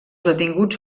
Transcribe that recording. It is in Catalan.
detinguts